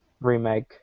remake